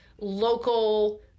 local